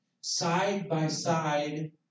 Side-by-side